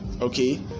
Okay